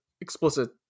explicit